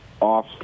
off